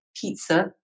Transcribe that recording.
pizza